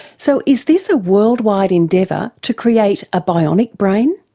so is this a worldwide endeavour to create a bionic brain?